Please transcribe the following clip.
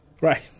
Right